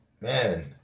man